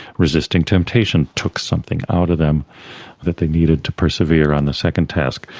resisting temptation took something out of them that they needed to persevere in the second test.